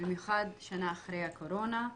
במיוחד שנה אחרי הקורונה.